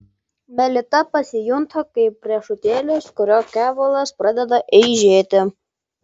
melita pasijunta kaip riešutėlis kurio kevalas pradeda eižėti